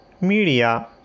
media